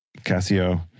Casio